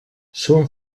són